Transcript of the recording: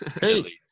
Hey